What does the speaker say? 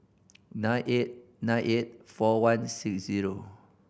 nine eight nine eight four one six zero